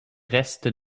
restes